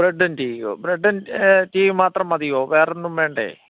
ബ്രഡ്ഡും ടീയോ ബ്രഡ്ഡും ടീയും മാത്രം മതിയോ വേറെ ഒന്നും വേണ്ടേ